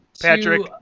Patrick